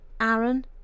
Aaron